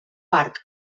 parc